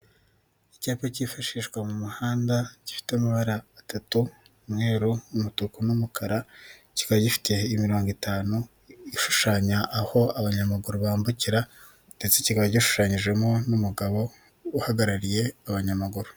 Icyapa kifashishwa mu muhanda gifite amabara atatu umweru umutuku n'umukara, kikaba gifite imirongo itanu ishushanya aho abanyamaguru bambukira, ndetse kikaba gishushanyijemo n'umugabo uhagarariye abanyamaguru.